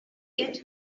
get